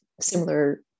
similar